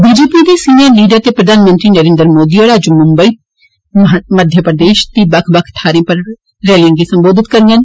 BJP दे senior leader ते प्रधानमंत्री नरेन्द्र मेादी होर अज्ज मुंबई ते मध्य प्रदेश दी बक्ख बक्ख थाहरें पर रैलिए गी संबोधित करङन